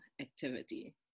activity